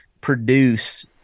produce